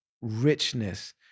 richness